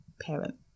Parent